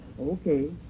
Okay